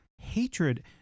Hatred